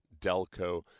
Delco